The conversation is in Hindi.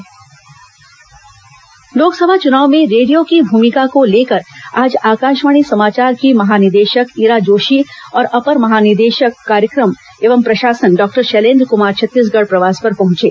डीजी आकाशवाणी बैठक लोकसभा चुनाव में रेडियो की भूमिका को लेकर आज आकाशवाणी समाचार की महानिदेशक ईरा जोशी और अपर महानिदेशक कार्यक्रम के अलावा प्रशासन डॉक्टर शैलेन्द्र कुमार छत्तीसगढ़ प्रवास पर पहुंचे